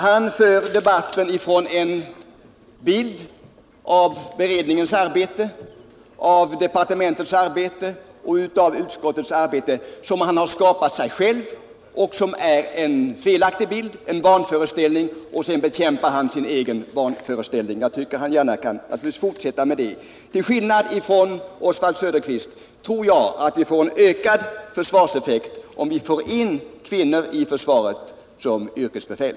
Han för debatten utifrån en bild av beredningens arbete, departementets arbete och utskottets arbete som han skapat sig själv och som är felaktig, en vanföreställning, och sedan bekämpar han sin egen vanföreställning. Jag tycker naturligtvis att han kan fortsätta med det. Till skillnad från Oswald Söderqvist tror jag att det får en ökad försvarseffekt om vi får in kvinnor i försvaret som yrkesbefäl.